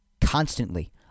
constantly